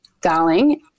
darling